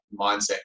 mindset